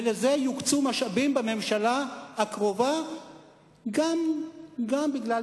ולזה יוקצו משאבים בממשלה הקרובה גם בגלל